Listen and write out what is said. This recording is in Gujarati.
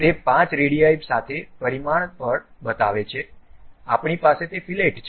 તે 5 રેડીઆઈ સાથે પરિમાણ પણ બતાવે છે આપણી પાસે તે ફીલેટ છે